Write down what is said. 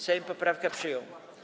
Sejm poprawkę przyjął.